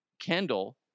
Kendall